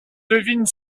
devine